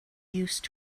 used